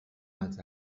els